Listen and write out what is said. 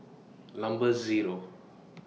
Number Zero